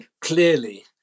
clearly